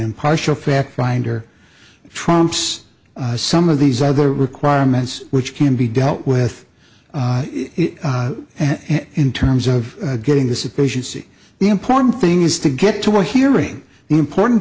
impartial fact finder trumps some of these other requirements which can be dealt with and in terms of getting the sufficiency the important thing is to get to a hearing the important